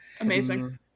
amazing